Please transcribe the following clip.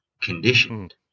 conditioned